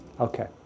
Okay